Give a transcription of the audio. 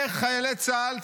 איך חיילי צה"ל,